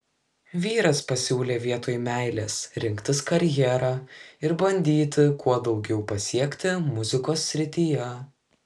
vyras pasiūlė vietoj meilės rinktis karjerą ir bandyti kuo daugiau pasiekti muzikos srityje